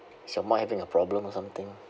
is your mic having a problem or something